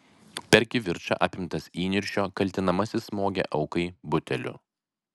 per kivirčą apimtas įniršio kaltinamasis smogė aukai buteliu